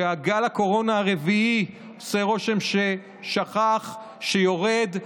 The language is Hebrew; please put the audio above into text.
כשגל הקורונה הרביעי עושה רושם ששכך, שיורד,